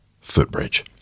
Footbridge